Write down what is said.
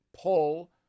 pull